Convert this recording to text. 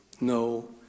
No